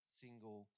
single